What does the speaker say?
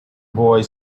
boy